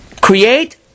create